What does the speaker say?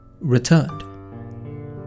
returned